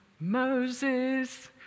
Moses